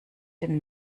den